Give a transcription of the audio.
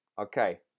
Okay